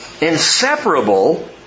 Inseparable